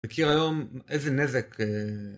מכיר היום איזה נזק